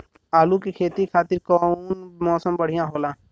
आलू के खेती खातिर कउन मौसम बढ़ियां होला?